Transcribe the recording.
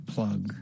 Plug